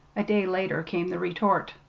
a day later came the retort.